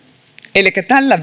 elikkä tällä